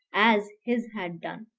as his had done.